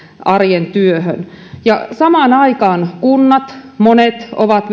arjen työhön samaan aikaan monet kunnat ovat